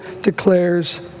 declares